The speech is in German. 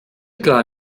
gar